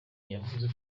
yavuze